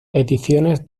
ediciones